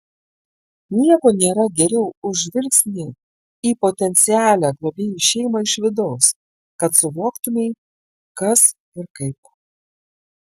nieko nėra geriau už žvilgsnį į potencialią globėjų šeimą iš vidaus kad suvoktumei kas ir kaip